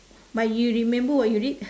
but you remember what you read